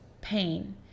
pain